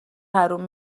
حروم